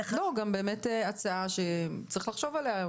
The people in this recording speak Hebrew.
זאת באמת הצעה שצריך לחשוב עליה.